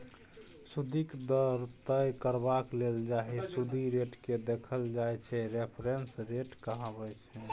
सुदिक दर तय करबाक लेल जाहि सुदि रेटकेँ देखल जाइ छै रेफरेंस रेट कहाबै छै